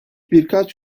birkaç